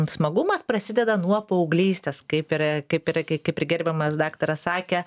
smagumas prasideda nuo paauglystės kaip ir kaip ir k kaip ir gerbiamas daktaras sakė